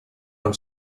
нам